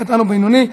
קטן או בינוני),